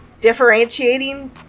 differentiating